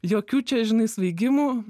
jokių čia žinai svaigimų